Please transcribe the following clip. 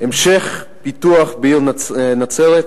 המשך הפיתוח בעיר נצרת,